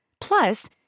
Plus